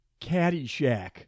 Caddyshack